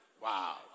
Wow